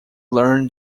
learn